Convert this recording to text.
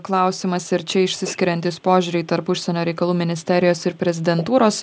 klausimas ir čia išsiskiriantys požiūriai tarp užsienio reikalų ministerijos ir prezidentūros